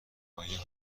آیا